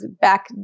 back